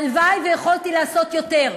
הלוואי שיכולתי לעשות יותר,